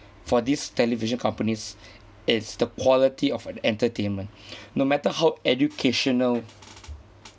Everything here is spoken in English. for this television companies is the quality of an entertainment no matter how educational